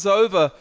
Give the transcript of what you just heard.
over